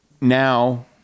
now